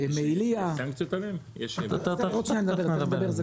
מעיליא ----- עוד מעט נדבר על זה.